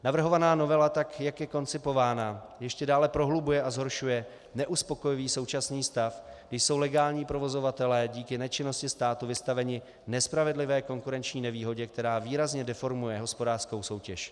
Navrhovaná novela, jak je koncipovaná, ještě dále prohlubuje a zhoršuje neuspokojivý současný stav, když jsou legální provozovatelé díky nečinnosti státu vystaveni nespravedlivé konkurenční nevýhodě, která výrazně deformuje hospodářskou soutěž.